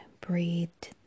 breathed